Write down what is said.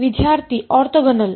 ವಿದ್ಯಾರ್ಥಿ ಆರ್ಥೋಗೋನಲ್